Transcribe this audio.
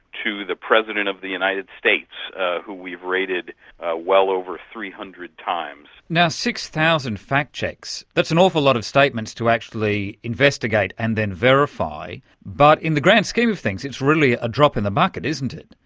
to the president of the united states who we've rated ah well over three hundred times. now, six thousand fact-checks, that's an awful lot of statements to actually investigate and then verify, but in the grand scheme of things, it's really a drop in the bucket, isn't it.